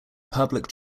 public